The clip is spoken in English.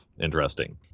interesting